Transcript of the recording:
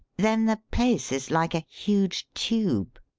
then the place is like a huge tube.